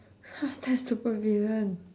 how is that super villain